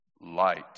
light